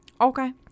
okay